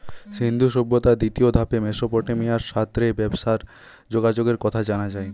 সিন্ধু সভ্যতার দ্বিতীয় ধাপে মেসোপটেমিয়ার সাথ রে ব্যবসার যোগাযোগের কথা জানা যায়